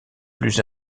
plus